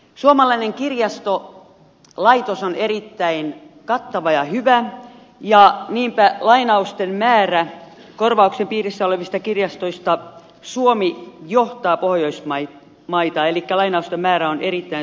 suomalainen kirjastolaitos on erittäin kattava ja hyvä ja niinpä lainausten määrässä korvauksen piirissä olevista kirjastoista suomi johtaa pohjoismaita elikkä lainausten määrä on erittäin suuri